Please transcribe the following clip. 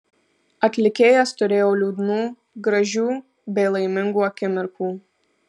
atlikėjas turėjo liūdnų gražių bei laimingų akimirkų